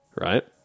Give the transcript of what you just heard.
right